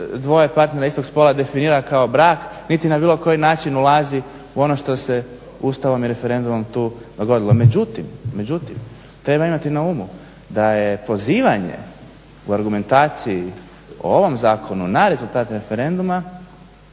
dvoje partnera istog spola definira kao brak niti na bilo koji način ulazi u ono što se Ustavom i referendumom tu dogodilo. Međutim, treba imati na umu da je pozivanje u argumentaciji u ovom zakonu na rezultate referenduma